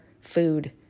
food